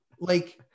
Like-